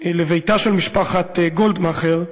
לביתה של משפחת גולדמכר,